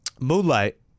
Moonlight